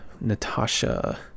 Natasha